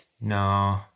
No